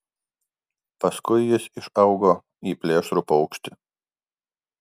paskui jis išaugo į plėšrų paukštį